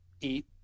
eat